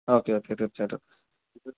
okay okay തീര്ച്ചയായിട്ടും